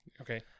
okay